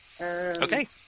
Okay